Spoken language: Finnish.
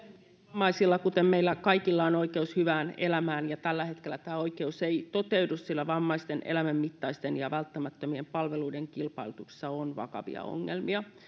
vammaisilla kuten meillä kaikilla on oikeus hyvään elämään tällä hetkellä tämä oikeus ei toteudu sillä vammaisten elämänmittaisten ja välttämättömien palveluiden kilpailutuksessa on vakavia ongelmia